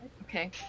Okay